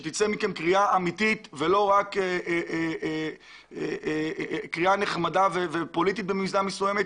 שתצא מכם קריאה אמיתית ולא רק קריאה נחמדה ופוליטית במידה מסוימת.